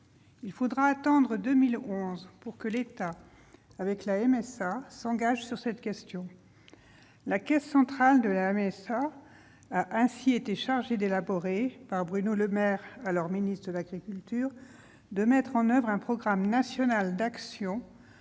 Il a fallu attendre 2011 pour que l'État, avec la MSA, s'engage sur cette question. La caisse centrale de la mutualité sociale agricole a été chargée par Bruno Le Maire, alors ministre de l'agriculture, de mettre en oeuvre un programme national d'actions,